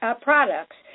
products